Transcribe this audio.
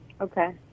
Okay